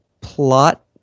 plot